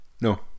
No